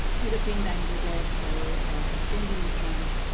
either paying down the debt or changing the terms.